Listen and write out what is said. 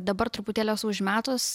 dabar truputėlį esu užmetus